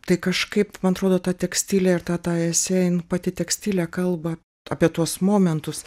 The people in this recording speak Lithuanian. tai kažkaip man atrodo ta tekstilė ir ta ta esė jin pati tekstilė kalba apie tuos momentus